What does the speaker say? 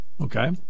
Okay